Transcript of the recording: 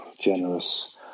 generous